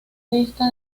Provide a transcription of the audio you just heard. lista